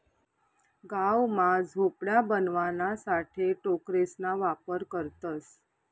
गाव मा झोपड्या बनवाणासाठे टोकरेसना वापर करतसं